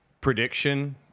prediction